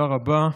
תודה רבה,